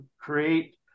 create